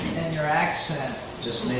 and your accent just